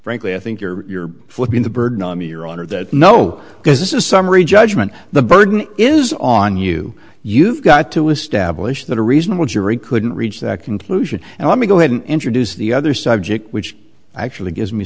frankly i think you're flipping the bird not me your honor that no because this is summary judgment the burden is on you you've got to establish that a reasonable jury couldn't reach that conclusion and let me go ahead and introduce the other subject which actually gives me